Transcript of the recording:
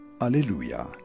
alleluia